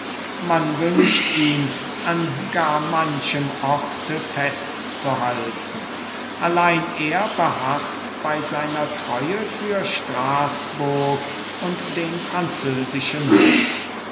man wünscht ihn an gar manchem orte festzuhalten allein er beharrt bei seiner treue für straßburg und den französischen hof